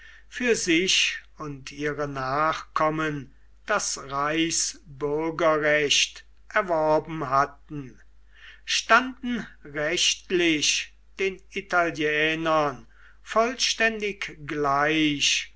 für sich und ihre nachkommen das reichsbürgerrecht erworben hatten standen rechtlich den italienern vollständig gleich